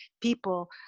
people